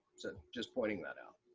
so just pointing that out.